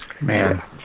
man